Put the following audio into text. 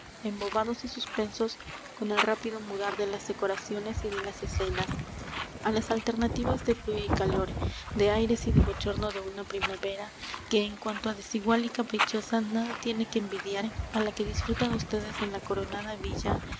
embobados y suspensos con el rápido mudar de las decoraciones y de las escenas á las alternativas de frío y calor de aires y de bochorno de una primavera que en cuanto á desigual y caprichosa nada tiene que envidiar á la que disfrutan ustedes en la coronada villa